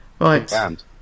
Right